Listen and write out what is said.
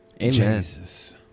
Jesus